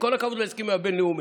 עם כל הכבוד להסכמים הבין-לאומיים.